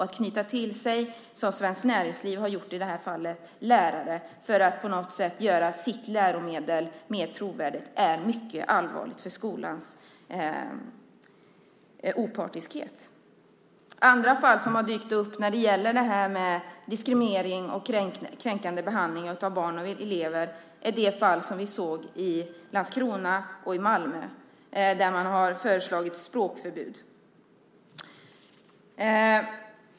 Att som Svenskt Näringsliv har gjort knyta till sig lärare för att göra sitt läromedel mer trovärdigt är mycket allvarligt för skolans opartiskhet. Andra fall som har dykt upp när det gäller diskriminering och kränkande behandling av barn och elever är det som vi har sett i Landskrona och Malmö där man har föreslagit språkförbud.